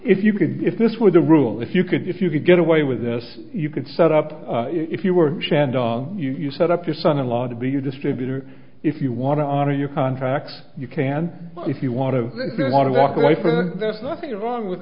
if you could if this were the rule if you could if you could get away with this you could set up if you were chandon you set up your son in law to be a distributor if you want to honor your contracts you can if you want to want to walk away forever there's nothing wrong with